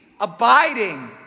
abiding